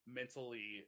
mentally